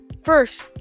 First